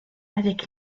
avec